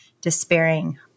despairing